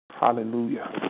Hallelujah